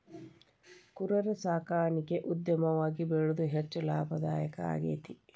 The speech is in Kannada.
ಕುರರ ಸಾಕಾಣಿಕೆ ಉದ್ಯಮವಾಗಿ ಬೆಳದು ಹೆಚ್ಚ ಲಾಭದಾಯಕಾ ಆಗೇತಿ